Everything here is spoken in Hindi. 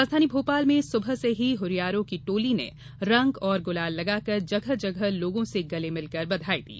राजधानी भोपाल में सुबह से ही हरियारों की टोलियो ने रंग और गुलाल लगाकर जगह जगह लोगों से गले मिल कर बधाई दी